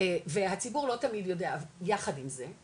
והציבור לא תמיד יודע, יחד עם זה,